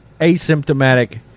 asymptomatic